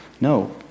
no